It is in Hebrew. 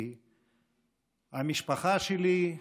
כי המשפחה שלי,